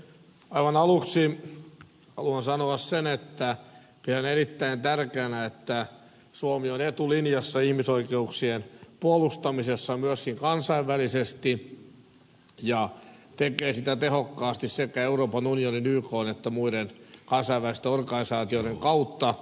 aivan aluksi haluan sanoa sen että pidän erittäin tärkeänä että suomi on etulinjassa ihmisoikeuksien puolustamisessa myöskin kansainvälisesti ja tekee sitä tehokkaasti sekä euroopan unionin ykn että muiden kansainvälisten organisaatioiden kautta